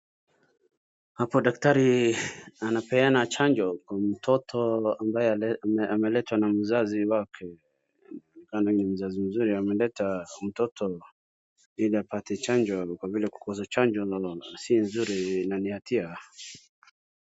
Hapo daktari anapeana chanjo kwa mtoto ambaye ameletwa na mzazi wake ama ni mzazi mzuri ameleta mtoto ili apate chanjo kwa vile kukosa chanjo si mzuri na ni hatia.